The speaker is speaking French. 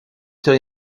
t’ai